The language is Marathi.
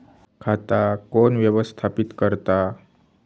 खाता कोण व्यवस्थापित करता?